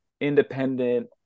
independent